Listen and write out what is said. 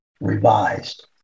revised